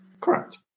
Correct